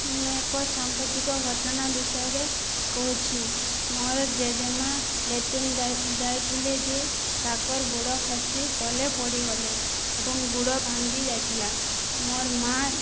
ମୁଁ ଏକ ସାମ୍ପ୍ରତିକ ଘଟଣା ବିଷୟରେ କହୁଛି ମୋର ଜେଜେମା' ଲେଟ୍ରିଙ୍ଗ୍ ଯାଇଥିଲେ ଯେ ତାକର୍ ଗୋଡ ଖସି ତଲେ ପଡ଼ିଗଲେ ଏବଂ ଗୋଡ ଭାଙ୍ଗିଯାଇଥିଲା